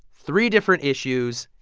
three different issues.